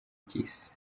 cy’isi